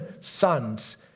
sons